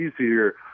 easier